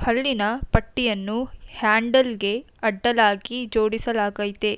ಹಲ್ಲಿನ ಪಟ್ಟಿಯನ್ನು ಹ್ಯಾಂಡಲ್ಗೆ ಅಡ್ಡಲಾಗಿ ಜೋಡಿಸಲಾಗಯ್ತೆ